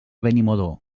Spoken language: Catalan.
benimodo